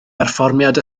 berfformiad